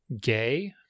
gay